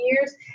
years